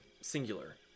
singular